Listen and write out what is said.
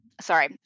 sorry